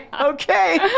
Okay